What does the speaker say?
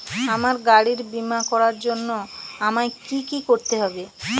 আমার গাড়ির বীমা করার জন্য আমায় কি কী করতে হবে?